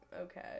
okay